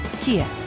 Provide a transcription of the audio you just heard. Kia